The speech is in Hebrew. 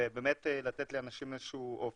ובאמת לתת לאנשים איזה שהוא אופק.